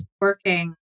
working